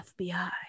FBI